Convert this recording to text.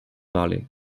parler